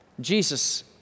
Jesus